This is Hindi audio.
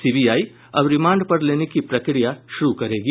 सीबीआई अब रिमांड पर लेने की प्रक्रिया शुरू करेगी